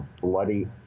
bloody